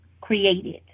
created